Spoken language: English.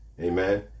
Amen